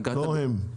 לא הם.